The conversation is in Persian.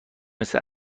مثل